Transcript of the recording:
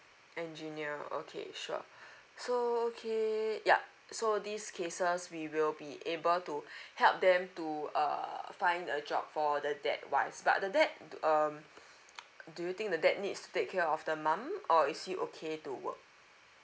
engineer okay sure so okay yup so these cases we will be able to help them to err find a job for the dad wise but the dad um do you think the dad needs to take care of the mum or is he okay to work